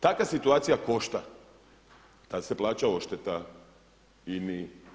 Takva situacija košta i tad se plaća odšteta INA-i.